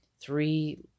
three